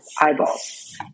eyeballs